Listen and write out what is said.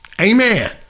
amen